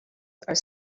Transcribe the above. are